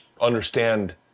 understand